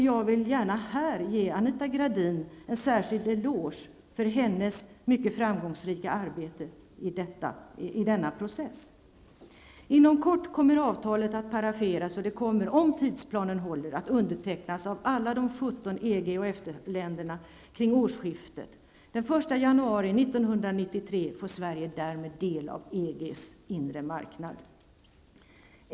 Jag vill gärna här ge Anita Gradin en särskild eloge för hennes mycket framgångsrika arbete i denna process. Inom kort kommer avtalet att paraferas och det kommer, om tidsplanen håller, att undertecknas av alla de 19 EG och EFTA-länderna kring årsskiftet. Den 1 januari 1993 får Sverige därmed del av EGs inre marknad.